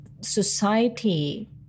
society